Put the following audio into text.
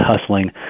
hustling